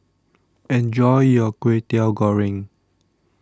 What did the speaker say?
Enjoy your Kwetiau Goreng